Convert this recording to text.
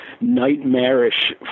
nightmarish